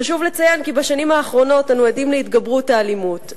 חשוב לציין כי בשנים האחרונות אנו עדים להתגברות האלימות,